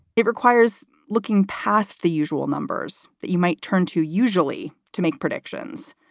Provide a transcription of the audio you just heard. it requires looking past the usual numbers that you might turn to, usually to make predictions.